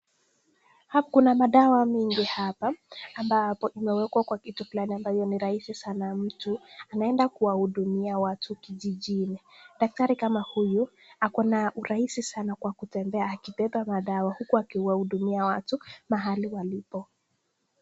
Kuna madawa mingi hapa ambapo imewekwa kwa kitu fulani ambayo ni rahisi sana. Mtu anaenda kuwahudumia watu kijijini. Daktari kama huyu ako na urahisi sana kwa kutembea akibeba madawa huku akiwahudumia watu mahali walipo.